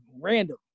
random